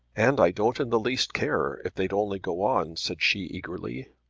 and i don't in the least care, if they'd only go on, said she eagerly.